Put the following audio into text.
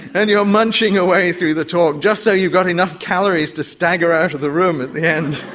and you're munching away through the talk just so you've got enough calories to stagger out of the room at the end.